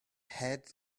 head